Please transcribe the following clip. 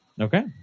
Okay